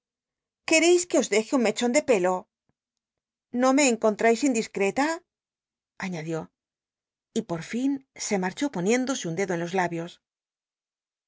quercis qne os deje un mechan de pelo no me cnconl mis indiscreta añadi ó y por fin se marchó poniéndose un dedo en los labios